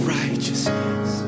righteousness